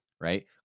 Right